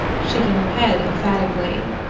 shaking her head emphatically.